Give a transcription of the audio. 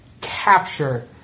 capture